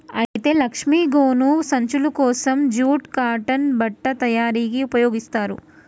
అయితే లక్ష్మీ గోను సంచులు కోసం జూట్ కాటన్ బట్ట తయారీకి ఉపయోగిస్తారు